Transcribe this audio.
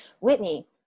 Whitney